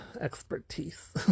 expertise